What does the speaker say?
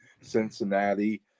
Cincinnati